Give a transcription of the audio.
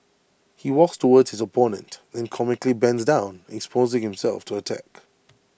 he walks towards his opponent then comically bends down exposing himself to attack